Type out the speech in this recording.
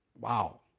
Wow